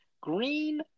green